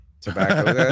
tobacco